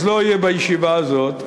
אז לא יהיה בישיבה הזאת,